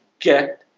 get